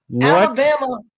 Alabama